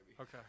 Okay